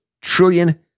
trillion